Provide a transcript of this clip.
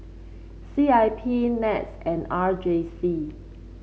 C I P NETS and R J C